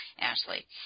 Ashley